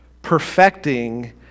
perfecting